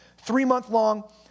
three-month-long